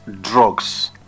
drugs